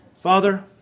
Father